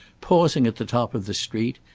pausing at the top of the street,